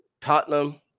Tottenham